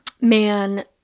man